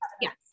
Yes